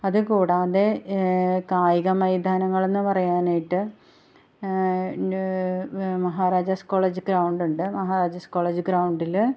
അത് കൂടാതെ കായിക മൈതാനങ്ങളെന്ന് പറയാനായിട്ട് മഹാരാജാസ് കോളേജ് ഗ്രൗൻഡ് ഉണ്ട് മഹാരാജാസ് കോളേജ് ഗ്രൗൻഡിൽ